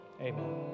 amen